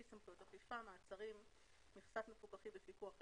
(סמכויות אכיפה מעצרים)(מכסת מפוקחים בפיקוח אלקטרוני),